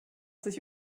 sich